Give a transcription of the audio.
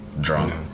drunk